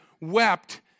wept